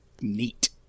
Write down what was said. neat